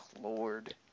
lord